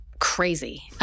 crazy